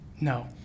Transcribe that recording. No